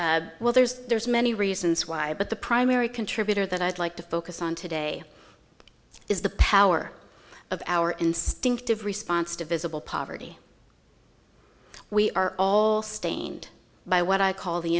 well there's there's many reasons why but the primary contributor that i'd like to focus on today is the power of our instinctive response to visible poverty we are all stained by what i call the